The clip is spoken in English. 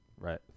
right